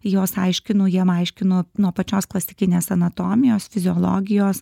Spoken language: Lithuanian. juos aiškinu jiem aiškinu nuo pačios klasikinės anatomijos fiziologijos